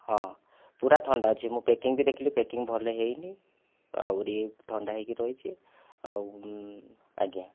ହଁ ପୁରା ଥଣ୍ଡା ଅଛି ମୁଁ ପ୍ୟାକିଂ ବି ଦେଖିଲି ପ୍ୟାକିଂ ଭଲ ହୋଇନି ଆହୁରି ଥଣ୍ଡା ହୋଇକି ରହିଛି ଆଉ ଆଜ୍ଞା